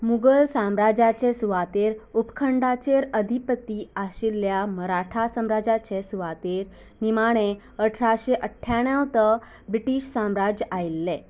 मुगल साम्राज्याचे सुवातेर उपखंडाचेर अधिपती आशिल्ल्या मराठा सम्राज्याचे सुवातेर निमाणें अठराशें अठ्ठ्याणवद्दांत बिटीश साम्राज्य आयल्लें